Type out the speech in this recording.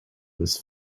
this